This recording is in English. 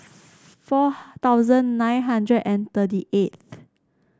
four thousand nine hundred and thirty eighth